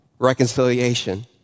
Reconciliation